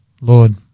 Lord